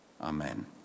Amen